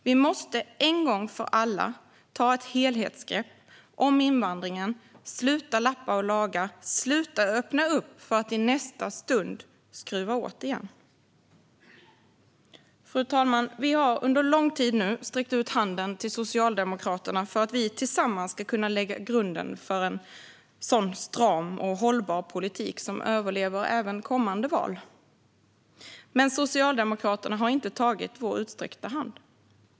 Vi måste en gång för alla ta ett helhetsgrepp om invandringen. Vi måste sluta lappa och laga och sluta öppna upp för att i nästa stund skruva åt. Fru talman! Vi moderater har nu under lång tid sträckt ut handen till Socialdemokraterna för att vi tillsammans ska kunna lägga grunden för en stram och hållbar politik som överlever även kommande val. Men Socialdemokraterna har inte tagit vår utsträckta hand.